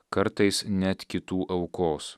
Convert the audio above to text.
kartais net kitų aukos